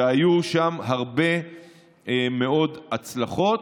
והיו שם הרבה מאוד הצלחות.